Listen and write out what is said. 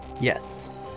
Yes